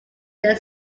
their